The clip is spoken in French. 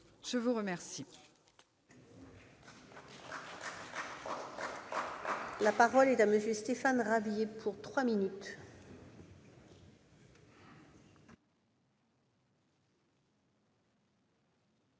je vous remercie